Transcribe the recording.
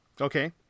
Okay